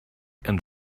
and